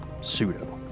pseudo